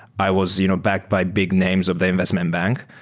i was you know backed by big names of the investment bank,